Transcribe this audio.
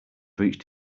reached